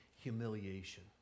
humiliation